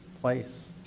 place